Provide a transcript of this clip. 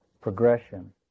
progression